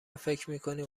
فکرمیکنیم